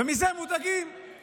ומודאגים מזה.